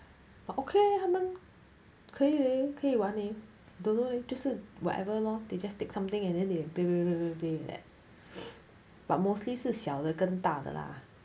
but okay leh 他们可以 leh 可以玩 leh don't know leh 就是 whatever lor they just take something and then they play play play play play but mostly 是小的跟大的啦